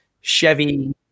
Chevy